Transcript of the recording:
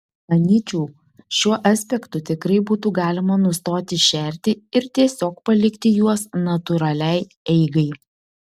manyčiau šiuo aspektu tikrai būtų galima nustoti šerti ir tiesiog palikti juos natūraliai eigai